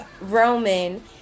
Roman